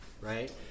right